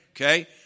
okay